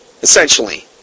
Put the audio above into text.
essentially